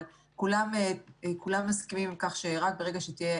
אבל כולם מסכימים על כך שרק ברגע שתהיה